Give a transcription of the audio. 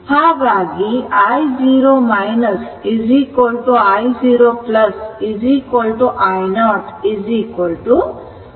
ಹಾಗಾಗಿ i0 i0 i0 5 ampere ಆಗಿರುತ್ತದೆ